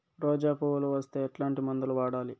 రోజా పువ్వులు వస్తే ఎట్లాంటి మందులు వాడాలి?